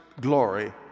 glory